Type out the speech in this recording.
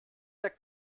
der